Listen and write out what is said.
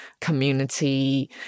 community